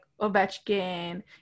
Ovechkin